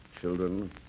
children